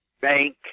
bank